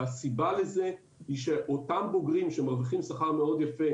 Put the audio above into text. והסיבה לזה היא שאותם בוגרים שמרוויחים שכר מאוד יפה